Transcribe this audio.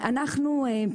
אנחנו גם